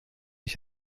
ich